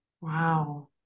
Wow